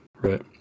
right